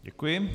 Děkuji.